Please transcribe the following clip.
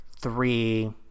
three